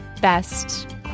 best